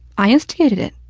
i instigated it.